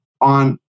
on